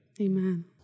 Amen